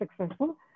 successful